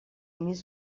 més